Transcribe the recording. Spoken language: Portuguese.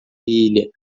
ilha